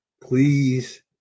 Please